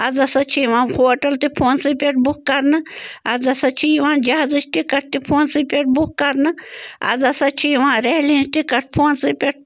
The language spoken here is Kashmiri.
آز ہسا چھِ یِوان ہوٹَل تہِ فونسٕے پٮ۪ٹھ بُک کرنہٕ آز ہسا چھِ یِوان جہازٕچ ٹِکَٹ تہِ فونسٕے پٮ۪ٹھ بُک کرنہٕ آز ہسا چھِ یِوان ریلہِ ہنٛز ٹِکَٹ فونسٕے پٮ۪ٹھ